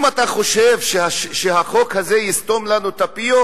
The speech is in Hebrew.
אם אתה חושב שהחוק הזה יסתום לנו את הפיות,